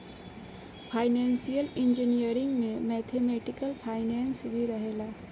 financial engineering में mathematical finance भी रहेला